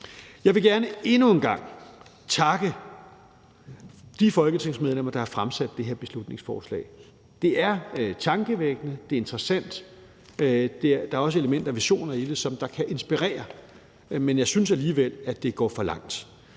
Jeg vil gerne endnu en gang takke de folketingsmedlemmer, der har fremsat det her beslutningsforslag. Det er tankevækkende. Det er interessant. Der er også elementer og visioner i det, som kan inspirere, men jeg synes alligevel, at det går for langt.